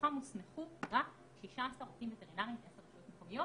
מתוכם הוסמכו רק 16 רופאים וטרינריים ברשויות המקומיות